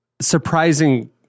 surprising